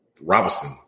Robinson